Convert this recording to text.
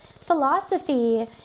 philosophy